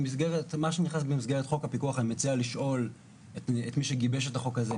מה שנכנס במסגרת חוק הפיקוח אני מציע לשאול את מי שגיבש את החוק הזה,